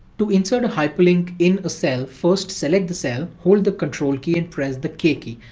to insert a hyperlink in a cell, first select the cell, hold the control key and press the k key.